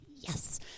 Yes